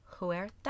Huerta